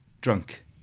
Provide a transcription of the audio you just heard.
drunk